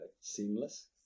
seamless